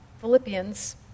Philippians